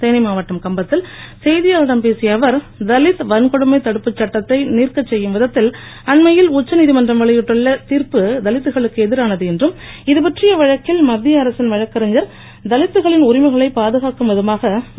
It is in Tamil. தேனி மாவட்டம் கம்பத்தில் செய்தியாளர்களிடம் பேசிய அவர் தலித் வன்கொடுமை தடுப்பு சட்டத்தை நீர்க்கச் செய்யும் விதத்தில் அண்மையில் உச்சநீதிமன்றம் வெளியிட்டுள்ள திர்ப்பு தலித்களுக்கு எதிரானது என்றும் இது பற்றிய வழக்கில் மத்திய அரசின் வழக்கறிஞர் தலித்களின் உரிமைகளை பாதுகாக்கும் விதமாக வாதாடவில்லை என்றும் கூறினார்